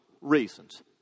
reasons